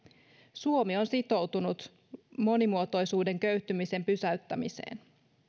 suomi on sitoutunut monimuotoisuuden köyhtymisen pysäyttämiseen